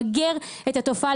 למגר את התופעה.